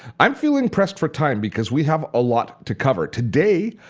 i'm feeling pressed for time because we have a lot to cover. today,